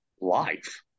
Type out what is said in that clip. life